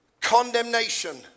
Condemnation